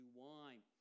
wine